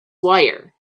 wire